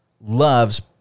loves